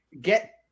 get-